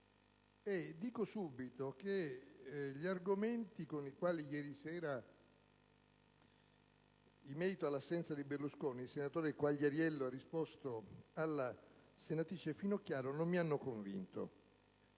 Dico subito che gli argomenti con i quali ieri sera, in merito all'assenza di Berlusconi, il senatore Quagliariello ha risposto alla senatrice Finocchiaro non mi hanno convinto.